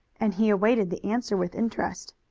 and he awaited the answer with interest.